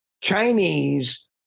Chinese